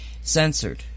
censored